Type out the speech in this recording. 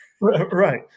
Right